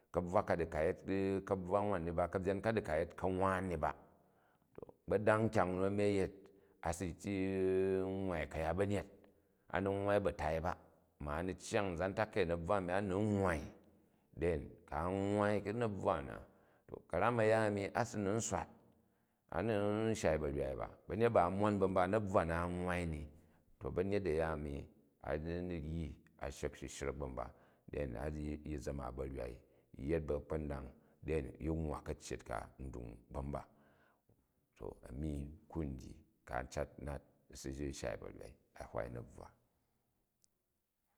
Ka̱bvwa ka di ka yet ka̱bvwan nwai ni ba, ka̱byen ka di ka yet ka̱nwaan ni ba. To agbodang kyang nu nu a̱mi a̱ yet, a si nvwivai kayat ba̱nyet, a ni nwanai ba tai ba, ma ami cyang nzan takai na̱bvwa ami a ni ninwnai than ku a nwwa u ngbvwu na to ka̱ram a̱ya ami, a si ni u swat, a ni ni shai ba̱nyai ba, ba̱nyet ba a mon ba̱ mba u nabvwa na a nwwai ni to ba̱nyet aya ani a̱ni na̱ ryi a shyek shishrek ba̱ mba than a ryi yi zama bavywai u yet ba̱kpondang yci nwwa ka̱cyet ka ndmy ba mba. To ami ku n dyi ku a cat nat u si shai barywai ahwai nabuwa.